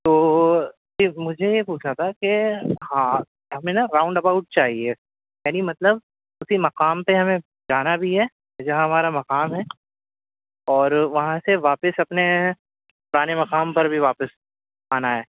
تو پلیز مجھے یہ پوچھنا تھا کہ ہاں ہمیں نہ راؤنڈ اباؤٹ چاہیے یعنی مطلب اسی مقام پہ ہمیں جانا بھی ہے جہاں ہمارا مقام ہے اور وہاں سے واپس اپنے پرانے مقام پر بھی واپس آنا ہے